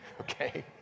Okay